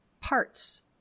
parts